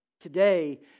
Today